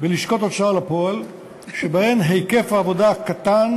בלשכות הוצאה לפועל שבהן היקף העבודה קטן